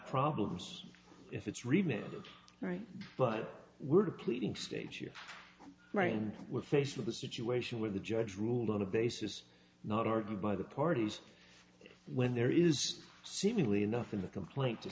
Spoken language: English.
problems if it's really right but we're pleading stage you're right and we're faced with a situation where the judge ruled on a basis not argued by the parties when there is seemingly enough in the complaint to